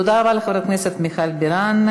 תודה רבה לחברת הכנסת מיכל בירן.